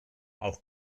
auch